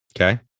Okay